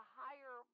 higher